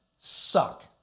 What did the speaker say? suck